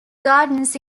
gardens